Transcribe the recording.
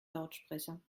lautsprecher